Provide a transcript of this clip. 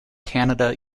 canada